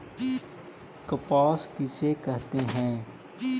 कपास किसे कहते हैं?